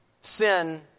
sin